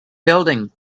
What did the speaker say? building